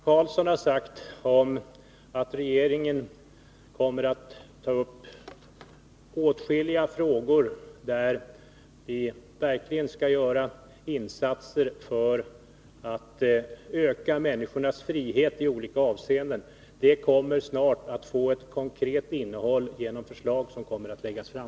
Herr talman! Vad Ingvar Carlsson har sagt om att regeringen kommer att ta upp åtskilliga frågor där vi verkligen skall göra insatser för att öka människornas frihet i olika avseenden kommer snart att få ett konkret innehåll genom förslag som kommer att läggas fram.